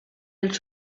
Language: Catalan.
els